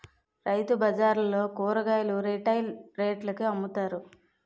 రైతుబజార్లలో కూరగాయలు రిటైల్ రేట్లకే అమ్ముతారు